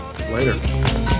Later